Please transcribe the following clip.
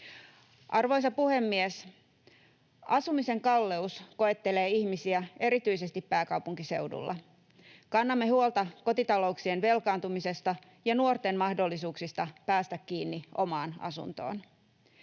Arvoisa puhemies! Asumisen kalleus koettelee ihmisiä erityisesti pääkaupunkiseudulla. Kannamme huolta kotitalouksien velkaantumisesta ja nuorten mahdollisuuksista päästä kiinni omaan asuntoon.